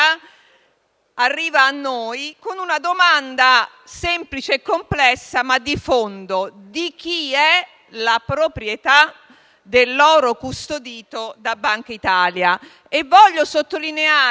ora, a noi con una domanda semplice e complessa, ma di fondo: di chi è la proprietà dell'oro custodito dalla Banca Italia? Voglio sottolineare